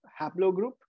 haplogroup